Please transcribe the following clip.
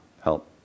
help